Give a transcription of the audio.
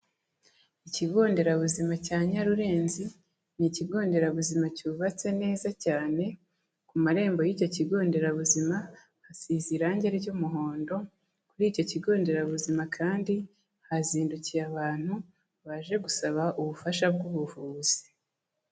Ikigo nderabuzima cya Nyarurenzi ni ikigo nderabuzima cyubatse neza cyane, ku marembo y'icyo kigo nderabuzima hasize irangi ry'umuhondo, kuri icyo kigo nderabuzima kandi hazindukiye abantu baje gusaba ubufasha bw'ubuvuzi.